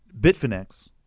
Bitfinex